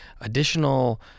additional